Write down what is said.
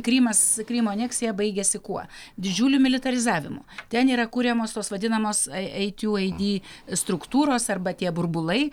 krymas krymo aneksija baigiasi kuo didžiuliu militarizavimu ten yra kuriamosios vadinamos ei tiu ei di struktūros arba tie burbulai